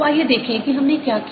तो आइए देखें कि हमने क्या किया